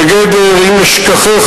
בגדר "אם אשכחך",